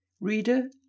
Reader